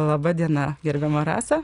laba diena gerbiama rasa